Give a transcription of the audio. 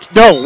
no